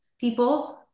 people